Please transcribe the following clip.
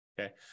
Okay